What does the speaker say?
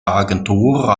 agentur